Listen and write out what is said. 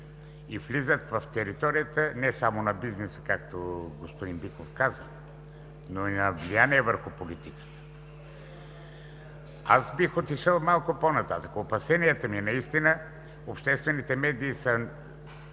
и влизат в територията не само на бизнеса, както господин Биков каза, но и на влияние върху политики. Аз бих отишъл малко по-нататък. Опасенията ми – обществените медии са